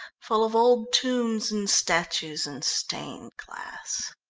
full of old tombs and statues and stained glass.